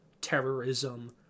terrorism